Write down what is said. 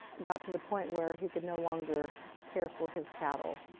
got to the point where he could no longer care for his cattle.